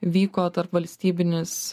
vyko tarpvalstybinis